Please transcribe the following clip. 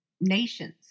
nations